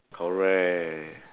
correct